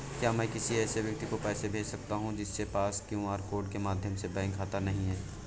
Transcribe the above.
क्या मैं किसी ऐसे व्यक्ति को पैसे भेज सकता हूँ जिसके पास क्यू.आर कोड के माध्यम से बैंक खाता नहीं है?